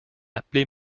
appelés